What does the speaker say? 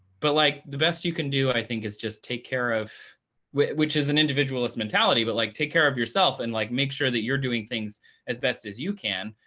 but like the best you can do, i think, is just take care of which which is an individualist mentality, but like take care of yourself and like make sure that you're doing things as best as you can.